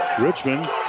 Richmond